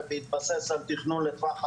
בהתבסס על תכנון לטווח ארוך,